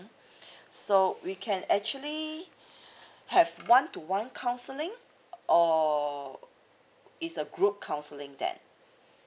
so we can actually have one to one counselling or it's a group counselling then